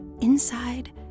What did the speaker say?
inside